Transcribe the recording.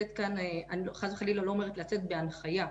אני חס וחלילה לא אומרת לצאת בהנחיה,